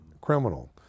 criminal